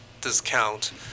discount